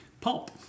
pulp